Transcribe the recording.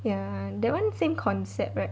ya that [one] same concept right